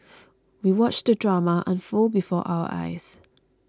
we watched the drama unfold before our eyes